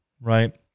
right